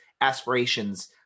aspirations